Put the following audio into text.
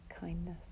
kindness